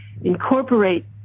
incorporate